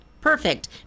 perfect